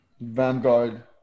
Vanguard